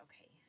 okay